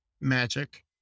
magic